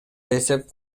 эсеп